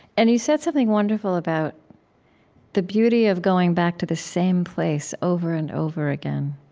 and you said something wonderful about the beauty of going back to the same place over and over again,